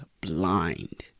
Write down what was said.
blind